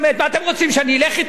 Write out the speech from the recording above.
מה אתם שאני אלך אתכם?